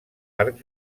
arc